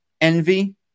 Envy